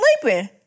sleeping